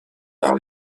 par